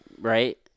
right